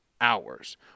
hours